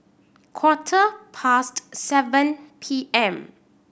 quarter past seven P M